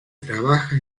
trabaja